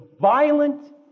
violent